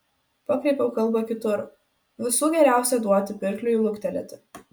pakreipiau kalbą kitur visų geriausia duoti pirkliui luktelėti